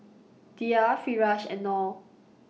Dhia Firash and Noh